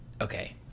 okay